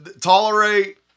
tolerate